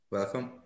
Welcome